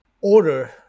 order